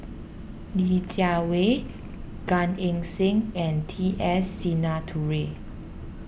Li Jiawei Gan Eng Seng and T S Sinnathuray